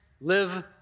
live